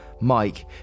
Mike